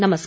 नमस्कार